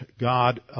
God